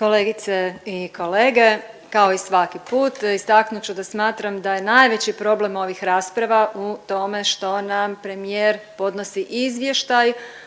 Kolegice i kolege, kao i svaki put istaknut ću da smatram da je najveći problem ovih rasprava u tome što nam premijer podnosi izvještaj